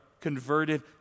converted